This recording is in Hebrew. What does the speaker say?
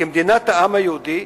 כמדינת העם היהודי,